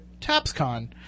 TAPSCon